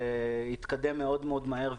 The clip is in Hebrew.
התקדם מאוד מהר,